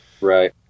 Right